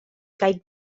caic